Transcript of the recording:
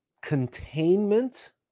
containment